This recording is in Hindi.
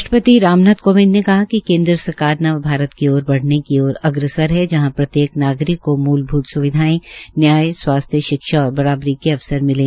राष्ट्रपति राम नाथ कोविंद ने कहा है कि केन्द्र सरकार नव भारत की ओर बढ़ने ओर अग्रसर है जहां प्रत्येक नागरिक को मूलभूत सविधायें न्याय स्वास्थ्य शिक्षा और बराबरी के अवसर मिले